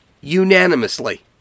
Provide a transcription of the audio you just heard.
unanimously